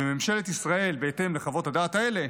וממשלת ישראל, בהתאם לחוות הדעת האלה,